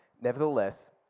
Nevertheless